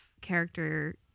character